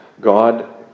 God